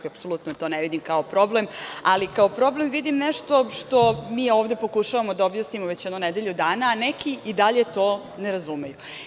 Ja apsolutno to ne vidim kao problem, ali kao problem vidim nešto što mi ovde pokušavamo da objasnimo već nedelju dana, a neki i dalje to ne razumeju.